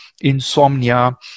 insomnia